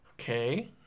Okay